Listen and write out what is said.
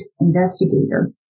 Investigator